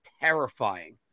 terrifying